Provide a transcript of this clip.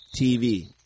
TV